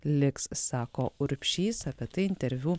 liks sako urbšys apie tai interviu